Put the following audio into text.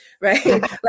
right